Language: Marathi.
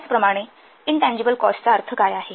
त्याचप्रमाणे इनटँजिबल कॉस्टचा अर्थ काय आहे